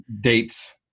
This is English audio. dates